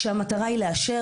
כשהמטרה היא לאשר,